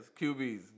QBs